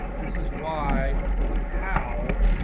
this is why, this is how,